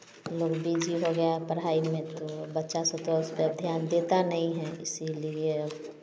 लोग बीजी हो गया पढ़ाई में तो बच्चा सोते उस पर ध्यान देते नहीं है इसलिए अब